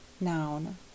noun